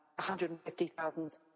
150,000